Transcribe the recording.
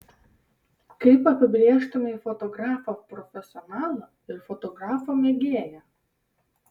kaip apibrėžtumei fotografą profesionalą ir fotografą mėgėją